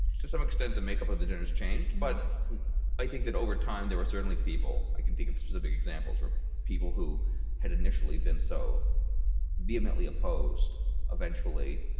to some extent the makeup of the dinners changed, but i think that over time, there were certainly people i can think of specific examples where people who had initially been so vehemently opposed eventually